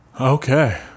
okay